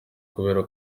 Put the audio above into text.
kubera